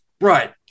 Right